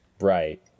Right